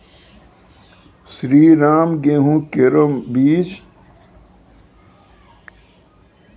श्रीराम गेहूँ केरो बीज?